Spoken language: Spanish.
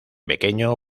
pequeño